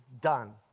done